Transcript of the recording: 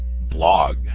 blog